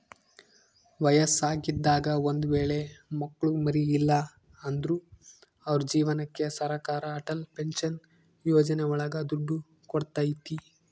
ವಯಸ್ಸಾಗಿದಾಗ ಒಂದ್ ವೇಳೆ ಮಕ್ಳು ಮರಿ ಇಲ್ಲ ಅಂದ್ರು ಅವ್ರ ಜೀವನಕ್ಕೆ ಸರಕಾರ ಅಟಲ್ ಪೆನ್ಶನ್ ಯೋಜನೆ ಒಳಗ ದುಡ್ಡು ಕೊಡ್ತೈತಿ